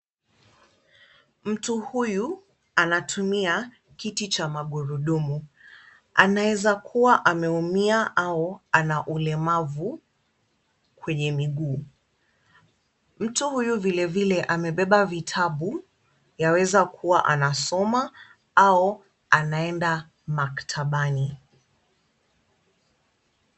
Mtu huyu anatumia kiti cha magurudumu, anaweza kuwa ameumia au ana ulemavu kwenye miguu. Mtu huyu vilevile amebeba vitabu, yaweza kuwa anasoma au anaenda maktabani.